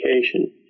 education